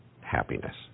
happiness